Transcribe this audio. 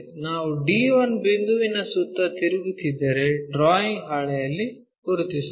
ನಾವು d1 ಬಿಂದುವಿನ ಸುತ್ತ ತಿರುಗುತ್ತಿದ್ದರೆ ಡ್ರಾಯಿಂಗ್ ಹಾಳೆಯಲ್ಲಿ ಗುರುತಿಸೋಣ